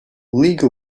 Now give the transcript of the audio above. league